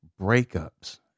breakups